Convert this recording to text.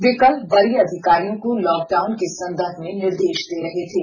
वे कल वरीय अधिकारियों को लॉक डाउन के संदर्भ में निर्देश दे रहे थे